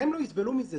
הם לא יסבלו מזה.